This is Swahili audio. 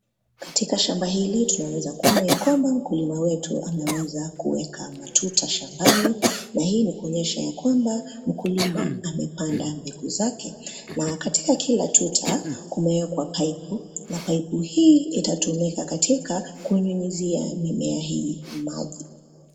Katika shamba hili tunaeza kuona ya kwamba mkulima wetu ameweza kuweka matuta shambani na hii ni kuonyesha ya kwamba mkulima amepanda mbegu zake na katika kila tuta kumeekwa paipu na paipu hii itatumika katika kunyunyizia mimea hii maji.